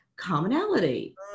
commonality